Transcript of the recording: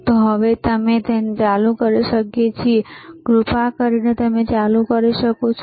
તો હવે અમે તેને ચાલુ કરી શકીએ છીએ શું તમે કૃપા કરીને તેને ચાલુ કરી શકો છો